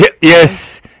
yes